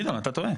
גדעון, אתה טועה.